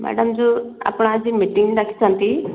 madam ଯୋଉ ଆପଣ ଆଜି ମିଟିଙ୍ଗ୍ ଡାକିଛନ୍ତି